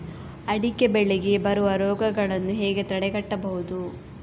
ಅಡಿಕೆ ಬೆಳೆಗೆ ಬರುವ ರೋಗಗಳನ್ನು ಹೇಗೆ ತಡೆಗಟ್ಟಬಹುದು?